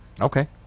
Okay